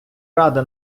ради